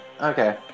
okay